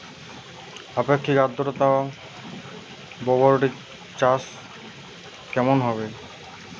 আপেক্ষিক আদ্রতা বরবটি চাষ কেমন হবে?